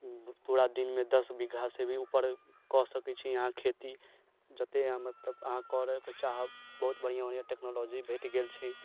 पूरा दिनमे दस बीघासँ भी उपर कऽ सकै छी अहाँ खेती जते मतलब अहाँ करऽके चाहब बहुत बढ़िआँ बढ़िआँ टेक्नोलॉजी भेट गेल छै